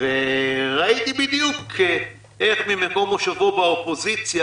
ראיתי בדיוק איך ממקום מושבו באופוזיציה,